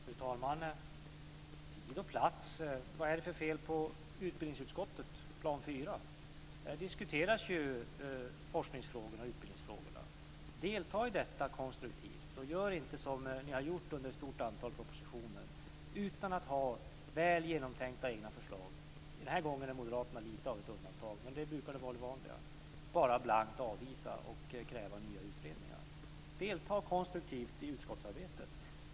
Fru talman! Det talades om tid och plats. Vad är det för fel på utbildningsutskottet på plan 4 i Riksdagshuset? Där diskuteras forskningsfrågorna och utbildningsfrågorna. Delta i detta konstruktivt. Gör inte som ni har gjort vid ett stort antal propositioner, utan att ha väl genomtänkta egna förslag. Den här gången är moderaterna lite av ett undantag. Det vanliga brukar vara ett blankt avvisande och att man kräver nya utredningar. Delta konstruktivt i utskottsarbetet!